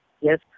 Yes